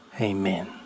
Amen